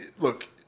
look